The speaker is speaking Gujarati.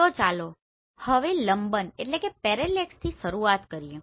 તો ચાલો હવે લંબનથી શરૂઆત કરીએ